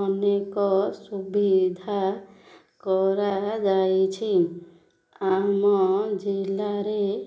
ଅନେକ ସୁବିଧା କରାଯାଇଛି ଆମ ଜିଲ୍ଲାରେ